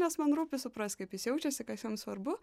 nes man rūpi suprast kaip jis jaučiasi kas jam svarbu